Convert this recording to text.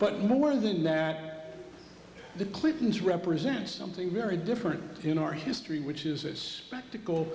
but more than that the clintons represents something very different in our history which is it spectacle